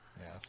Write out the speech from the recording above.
Yes